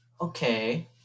Okay